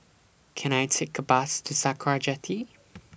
Can I Take A Bus to Sakra Jetty